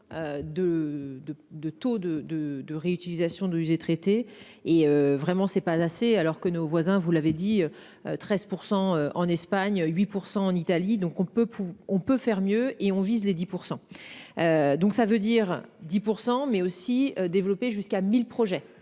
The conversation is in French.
de de de réutilisation d'eaux usées traitées et vraiment c'est pas assez alors que nos voisins. Vous l'avez dit. 13% en Espagne, 8% en Italie. Donc on peut on peut faire mieux et on vise les 10%. Donc ça veut dire 10% mais aussi développer jusqu'à 1000, projet.